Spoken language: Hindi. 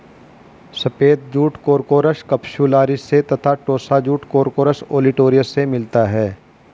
सफ़ेद जूट कोर्कोरस कप्स्युलारिस से तथा टोस्सा जूट कोर्कोरस ओलिटोरियस से मिलता है